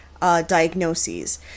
diagnoses